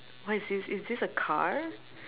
what is this is this a car